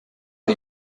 are